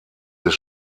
des